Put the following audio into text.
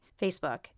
Facebook